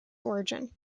origin